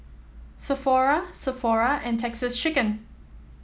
Sephora Sephora and Texas Chicken